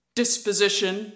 disposition